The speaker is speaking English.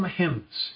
hymns